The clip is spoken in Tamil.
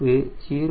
5 பெருக்கல் St